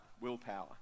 willpower